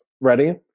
Ready